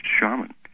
shaman